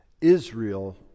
Israel